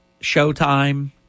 Showtime